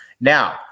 Now